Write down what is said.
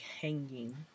hanging